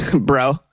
bro